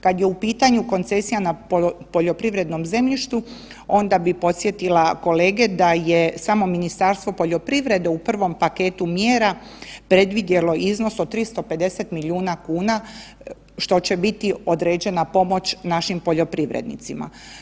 Kada je u pitanju koncesija na poljoprivrednom zemljištu onda bih podsjetila kolege da je samo Ministarstvo poljoprivrede u prvom paketu mjera predvidjelo iznos od 350 milijuna kuna što će biti određena pomoć našim poljoprivrednicima.